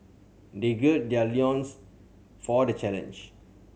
they gird their loins for the challenge